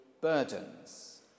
burdens